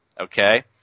Okay